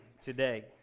today